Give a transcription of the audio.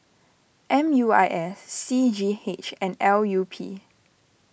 M U I S C G H and L U P